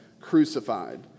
crucified